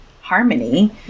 harmony